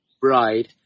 bride